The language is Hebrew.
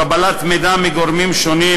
קבלת מידע מגורמים שונים,